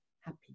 happy